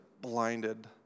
blinded